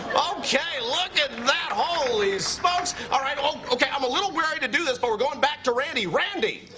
okay. look at that. holy smokes. all right. oh. okay. i'm a little wary to do this, but we're going back to randy. randy?